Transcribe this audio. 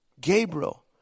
Gabriel